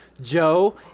Joe